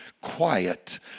quiet